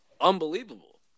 unbelievable